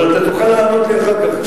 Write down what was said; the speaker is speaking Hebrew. אבל אתה תוכל לענות לי אחר כך,